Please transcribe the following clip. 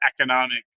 economic